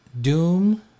doom